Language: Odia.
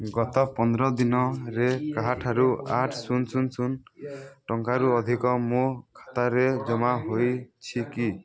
ଗତ ପନ୍ଦର ଦିନରେ କାହାଠାରୁ ଆଠ ଶୂନ ଶୂନ ଶୂନ ଟଙ୍କାରୁ ଅଧିକ ମୋ ଖାତାରେ ଜମା ହୋଇଛି କି